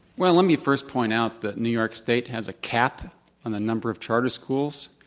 well let me first point out that new york state has a cap on the number of charter schools.